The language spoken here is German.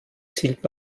zielt